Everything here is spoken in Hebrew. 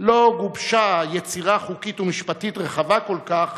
לא גובשה יצירה חוקית ומשפטית רחבה כל כך